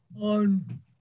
on